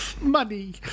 Money